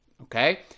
okay